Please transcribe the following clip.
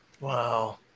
Wow